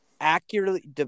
accurately